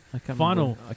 Final